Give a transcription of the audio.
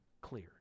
clear